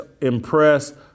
Impressed